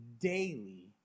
daily